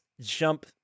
jump